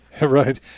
right